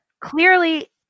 Clearly